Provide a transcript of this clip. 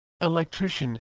electrician